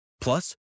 Plus